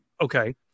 Okay